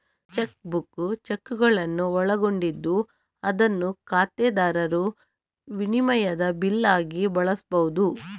check book ಚೆಕ್ಕುಗಳನ್ನು ಒಳಗೊಂಡಿದ್ದು ಅದನ್ನು ಖಾತೆದಾರರು ವಿನಿಮಯದ ಬಿಲ್ ಆಗಿ ಬಳಸ್ಬಹುದು